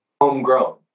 homegrown